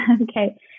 Okay